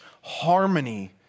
harmony